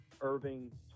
Irving